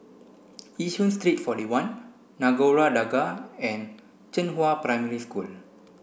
Yishun Street forty one Nagore Dargah and Zhenghua Primary School